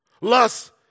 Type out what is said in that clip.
Lust